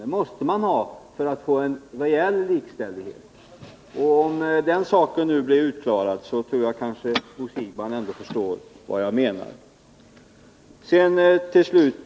Det måste man ha för att få en reell likställighet. Om den saken nu blir utklarad kanske Bo Sigbahn ändå förstår vad jag menar.